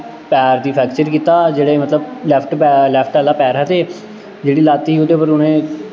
पैर गी फैक्चर कीता जेह्ड़ी मतलब लैफ्ट पै लैफ्ट आह्ला पैर हा ते जेह्ड़ी लत्त ही ओह्दे पर उ'नें